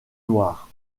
noire